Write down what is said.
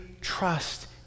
trust